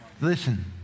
Listen